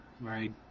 Right